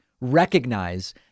recognize